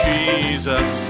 Jesus